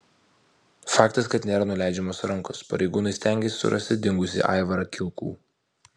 faktas kad nėra nuleidžiamos rankos pareigūnai stengiasi surasti dingusį aivarą kilkų